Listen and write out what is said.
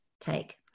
take